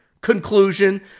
conclusion